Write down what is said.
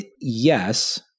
yes